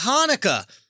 Hanukkah